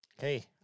hey